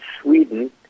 Sweden